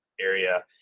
area